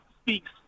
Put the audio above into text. speaks